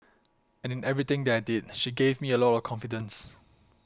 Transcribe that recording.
and in everything that I did she gave me a lot of confidence